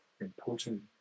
important